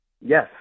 Yes